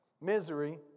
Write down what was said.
Misery